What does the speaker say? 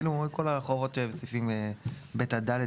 כל החובות שבסעיפים (ב) עד (ד),